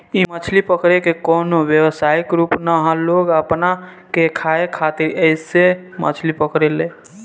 इ मछली पकड़े के कवनो व्यवसायिक रूप ना ह लोग अपना के खाए खातिर ऐइसे मछली पकड़े ले